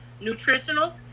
nutritional